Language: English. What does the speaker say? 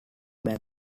back